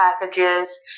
packages